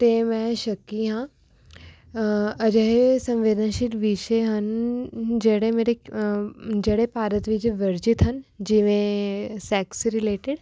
ਅਤੇ ਮੈਂ ਸ਼ੱਕੀ ਹਾਂ ਅਜਿਹੇ ਸਮੇਂ ਦੇ ਵਿਸ਼ੇ ਹਨ ਜਿਹੜੇ ਮੇਰੇ ਜਿਹੜੇ ਭਾਰਤ ਵਿੱਚ ਵਰਜਿਤ ਹਨ ਜਿਵੇਂ ਸੈਕਸ ਰੀਲੇਟਿਡ